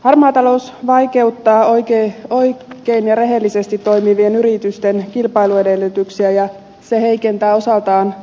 harmaa talous vaikeuttaa oikein ja rehellisesti toimivien yritysten kilpailuedellytyksiä ja se heikentää osaltaan